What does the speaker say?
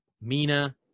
Mina